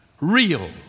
real